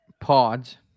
pods